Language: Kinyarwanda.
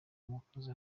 umukozi